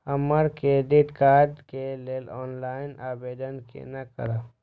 हम credit card के लेल ऑनलाइन आवेदन केना करब?